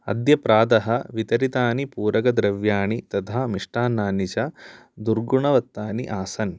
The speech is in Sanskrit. अद्य प्रातः वितरितानि पूरकद्रव्याणि तथा मिष्टान्नानि च दुर्गुणवत्तानि आसन्